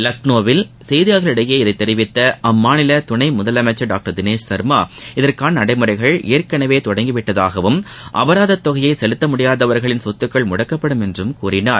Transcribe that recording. லக்னோவில் செய்தியாளர்களிடம் இதைத் தெரிவித்த அம்மாநில துணை முதலமைச்சர் டாங்டர் தினேஷ் ஷர்மா இதற்கான நடைமுறைகள் ஏற்கனவே தொடங்கிவிட்டதாகவும் அபராதத் தொகையை செலுத்த முடியாதவர்களின் சொத்துக்கள் முடக்கப்படும் என்றும் கூறினார்